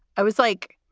i was like,